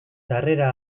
sarrera